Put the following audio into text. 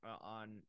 on